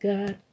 God